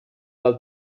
del